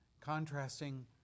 contrasting